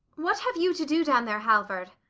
what have you to do down there, halvard?